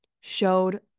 showed